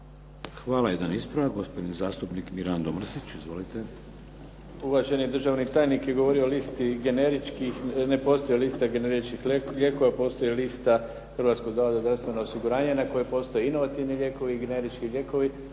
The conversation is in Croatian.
Hvala. Jedan ispravak, gospodin zastupnik Mirando Mrsić. Izvolite. **Mrsić, Mirando (SDP)** Uvaženi državni tajnik je govorio o listi generičkih. Ne postoji lista generičkih lijekova, postoji lista Hrvatskog zavoda za zdravstveno osiguranje na kojoj postoje inovativni lijekovi i generički lijekovi